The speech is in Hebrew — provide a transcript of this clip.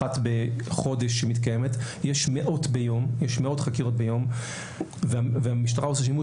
חקירה אחת בחודש אלא יש מאות חקירות ביום והמשטרה עושה שימוש